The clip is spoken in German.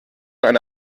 eine